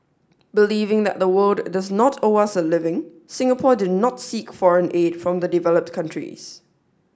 believing that the world does not owe us a living Singapore did not seek foreign aid from the developed countries